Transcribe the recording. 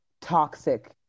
toxic